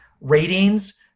ratings